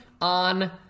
on